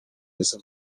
jest